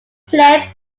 flip